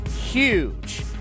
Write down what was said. huge